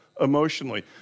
emotionally